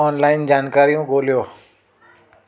online जानकारियूं ॻोल्हियो